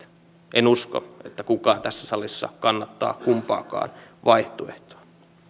en usko että kukaan tässä salissa kannattaa kumpaakaan vaihtoehtoa